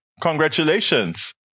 Congratulations